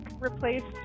replaced